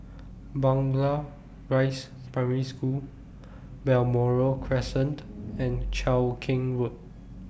Blangah Rise Primary School Balmoral Crescent and Cheow Keng Road